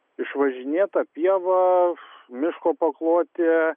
išvažinėta pieva miško paklotė